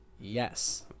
yes